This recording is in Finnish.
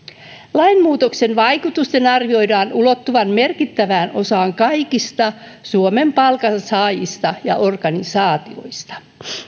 lainmuutoksen vaikutusten arvioidaan ulottuvan merkittävään osaan kaikista suomen palkansaajista ja organisaatioista